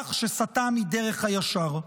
האזרח שסטה מדרך הישר.